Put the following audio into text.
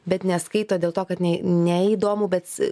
bet neskaito dėl to kad ne neįdomu bet